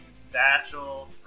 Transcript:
Satchel